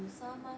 有砂吗